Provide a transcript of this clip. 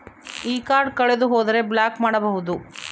ಈ ಕಾರ್ಡ್ ಕಳೆದು ಹೋದರೆ ಬ್ಲಾಕ್ ಮಾಡಬಹುದು?